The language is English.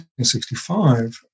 1965